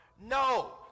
No